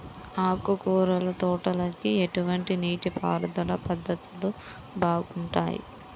ఆకుకూరల తోటలకి ఎటువంటి నీటిపారుదల పద్ధతులు బాగుంటాయ్?